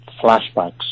flashbacks